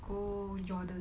go jordan